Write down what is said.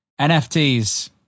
NFTs